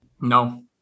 No